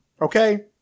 okay